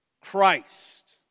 Christ